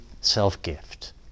self-gift